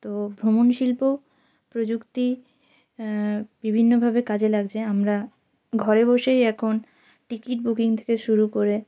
তো ভ্রমণ শিল্প প্রযুক্তি বিভিন্নভাবে কাজে লাগছে আমরা ঘরে বসেই এখন টিকিট বুকিং থেকে শুরু করে